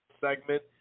segment